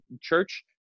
church